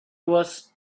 was